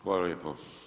Hvala lijepo.